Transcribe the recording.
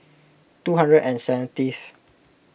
two hundred and seventy th